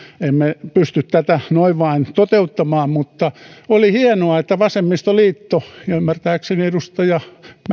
emme pysty tätä noin vain toteuttamaan mutta oli hienoa että vasemmistoliitto ja ymmärtääkseni edustaja